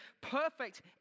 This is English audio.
perfect